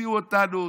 תוציאו אותנו,